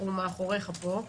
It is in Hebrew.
אנחנו מאחוריך פה,